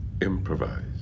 improvise